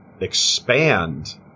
expand